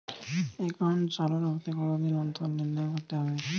Account চালু রাখতে কতদিন অন্তর লেনদেন করতে হবে?